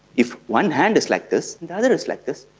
if one hand is like this, the other is like this.